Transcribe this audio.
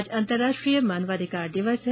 आज अन्तरराष्ट्रीय मानवाधिकार दिवस है